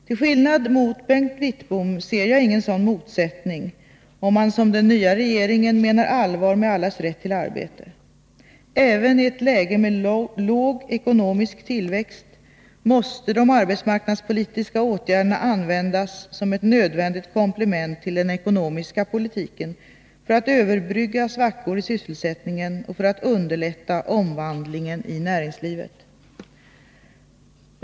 Till skillnad mot Bengt Wittbom ser jag ingen sådan motsättning, om man, som den nya regeringen, menar allvar med allas rätt till arbete. Äveni ett läge med låg ekonomisk tillväxt måste de arbetsmarknadspolitiska åtgärderna användas som ett nödvändigt komplement till den ekonomiska politiken, för att överbrygga svackor i sysselsättningen och för att underlätta omvandlingen i näringslivet.